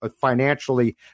financially